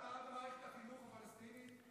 ההסתה במערכת החינוך הפלסטינית?